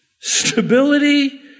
stability